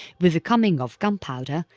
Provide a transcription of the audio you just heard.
with the coming of gunpowder,